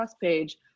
page